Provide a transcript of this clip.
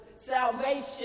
Salvation